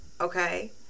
Okay